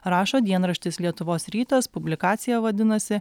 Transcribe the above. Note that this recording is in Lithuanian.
rašo dienraštis lietuvos rytas publikacija vadinasi